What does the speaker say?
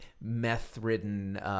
meth-ridden